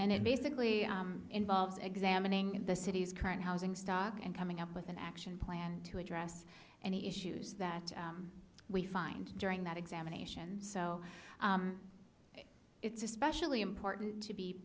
and it basically involves examining the city's current housing stock and coming up with an action plan to address any issues that we find during that examination so it's especially important to be